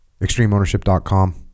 ExtremeOwnership.com